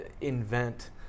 invent